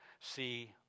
see